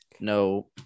no